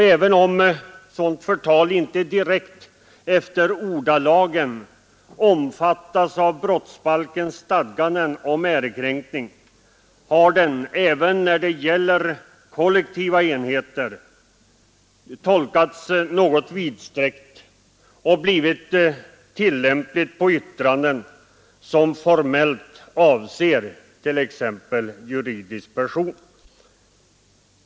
Även om sådant förtal inte efter ordalagen direkt omfattas av brottsbalkens stadganden om ärekränkning, har bestämmelserna även när det gäller kollektiva enheter tolkats något vidsträckt och blivit tillämpliga på yttranden som formellt avser t.ex. juridisk person.